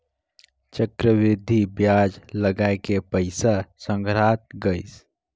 चक्रबृद्धि बियाज लगाय के पइसा संघरात गइस